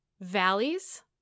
valleys